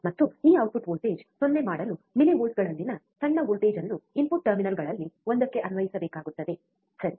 ಮತ್ತು ಈ output voltage 0 ಮಾಡಲು ಮಿಲಿವೋಲ್ಟ್ಗಳಲ್ಲಿನ ಸಣ್ಣ ವೋಲ್ಟೇಜ್ ಅನ್ನು ಇನ್ಪುಟ್ ಟರ್ಮಿನಲ್ಗಳಲ್ಲಿ ಒಂದಕ್ಕೆ ಅನ್ವಯಿಸಬೇಕಾಗುತ್ತದೆ ಸರಿ